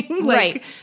Right